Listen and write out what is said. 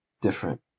different